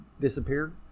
disappeared